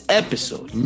episode